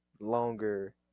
longer –